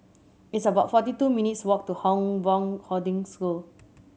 it's about forty two minutes' walk to Hong Hoarding School